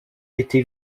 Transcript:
été